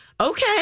okay